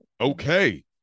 Okay